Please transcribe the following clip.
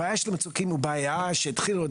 הבעיה של המצוקים היא בעיה שהתחילה עוד